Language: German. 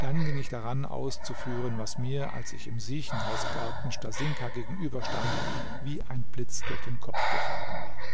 dann ging ich daran auszuführen was mir als ich im siechenhausgarten stasinka gegenüber stand wie ein blitz durch den kopf gefahren war